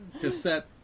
cassette